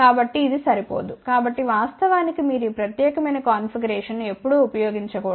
కాబట్టి ఇది సరిపోదు కాబట్టి వాస్తవానికి మీరు ఈ ప్రత్యేకమైన కాన్ఫిగరేషన్ను ఎప్పుడూ ఉపయోగించకూడదు